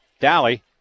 Dally